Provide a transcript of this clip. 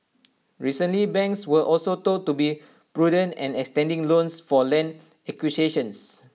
recently banks were also told to be prudent and extending loans for land acquisitions